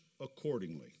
accordingly